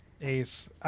Ace